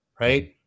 right